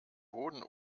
boden